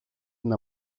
την